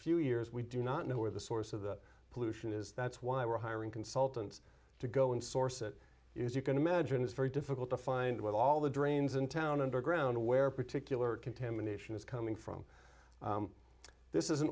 few years we do not know where the source of the pollution is that's why we're hiring consultants to go and source it is you can imagine it's very difficult to find with all the drains in town underground where particular contamination is coming from this is an